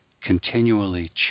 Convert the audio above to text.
continually